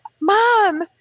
Mom